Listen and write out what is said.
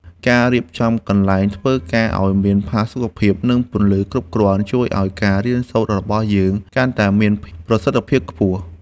ការរៀបចំកន្លែងធ្វើការឱ្យមានផាសុកភាពនិងពន្លឺគ្រប់គ្រាន់ជួយឱ្យការរៀនសូត្ររបស់យើងកាន់តែមានប្រសិទ្ធភាពខ្ពស់។